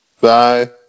Bye